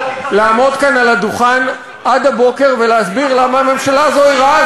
לעמוד כאן על הדוכן עד הבוקר ולהסביר למה הממשלה הזו היא רעה.